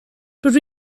rydw